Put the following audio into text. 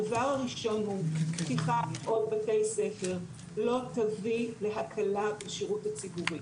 הדבר הראשון הוא פתיחה או בתי ספר לא תביא להקלה בשירות הציבורי,